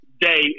day